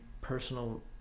personal